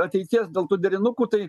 ateities dėl tų derinukų tai